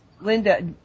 Linda